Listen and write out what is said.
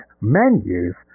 menus